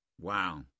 Wow